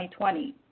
2020